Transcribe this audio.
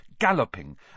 galloping